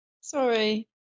Sorry